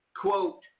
quote